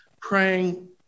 praying